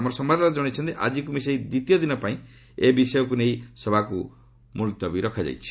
ଆମ ସମ୍ଭାଦଦାତା ଜଣାଇଛନ୍ତି ଆଜିକୁ ମିଶାଇ ଦ୍ୱିତୀୟ ଦିନ ପାଇଁ ଏ ବିଷୟରେ ନେଇ ସଭାକୁ ମୁଲତବୀ ରଖାଯାଇଛି